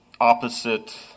opposite